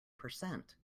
percent